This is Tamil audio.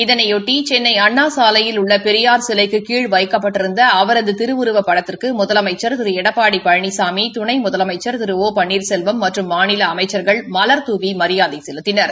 இதனையொட்டி சென்னை அண்ணா சாலையில் உள்ள பெரியார் சிலைக்கு கீழ் வைக்கப்பட்டிருந்த அவரது திருவுருவப் படத்திற்கு முதலமைச்சா் திரு எடப்பாடி பழனிசாமி துணை முதலமைச்சா் திரு ஓ பன்னீாசெல்வம் மற்றும் மாநில அமைச்சர்கள் மலர்தூவி மரியாதை செலுத்தினர்